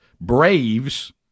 Braves